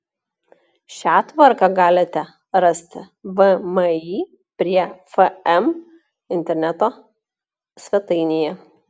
šią tvarką galite rasti vmi prie fm interneto svetainėje